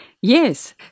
yes